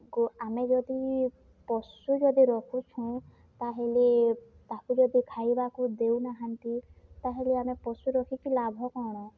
କୁ ଆମେ ଯଦି ପଶୁ ଯଦି ରଖୁଛୁ ତା'ହେଲେ ତାକୁ ଯଦି ଖାଇବାକୁ ଦେଉନାହାନ୍ତି ତା'ହେଲେ ଆମେ ପଶୁ ରଖିକି ଲାଭ କ'ଣ